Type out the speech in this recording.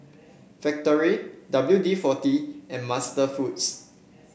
Factorie W D forty and MasterFoods